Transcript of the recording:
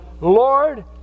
Lord